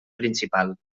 principal